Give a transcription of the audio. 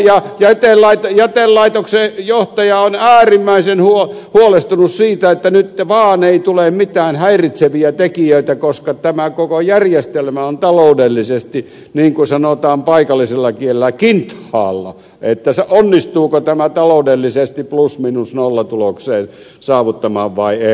ja jätelaitoksen johtaja on äärimmäisen huolestunut siitä että nyt vaan ei tule mitään häiritseviä tekijöitä koska tämä koko järjestelmä on taloudellisesti niin kuin sanotaan paikallisella kielellä kinthaalla että onnistuuko tämä taloudellisesti plus miinus nolla tuloksen saavuttamaan vai ei